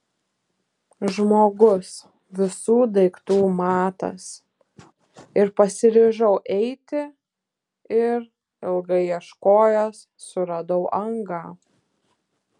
žmogus visų daiktų matas ir pasiryžau eiti ir ilgai ieškojęs suradau angą